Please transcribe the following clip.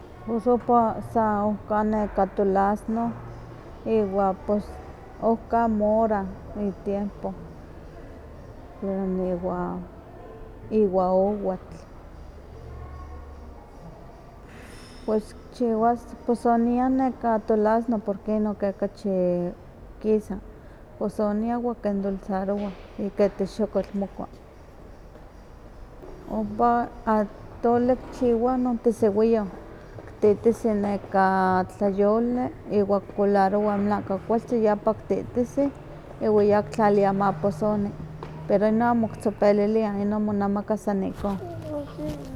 Pus ompa sa ohka neka tulazno iwa pues ohka mora itiempo, iwan iwa owatl, pues kichiwas kiposiniah neka tulazno porque ino ke kachi kisa, kiposiniah iwa kiendulzarowah ika texokotl mokua. Ompa atole kichiwa non tesiwiyoh, kititisi neka tlayoli iwa kolarowah naka kualtzi ya ompa kititisih, iwa ya kitlalia ma posoni, pero ino amo kitzopeliliah, ino monemaka san ihkon.